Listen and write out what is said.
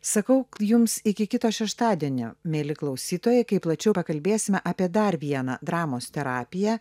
sakau jums iki kito šeštadienio mieli klausytojai kai plačiau pakalbėsime apie dar vieną dramos terapiją